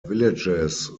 villages